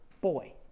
boy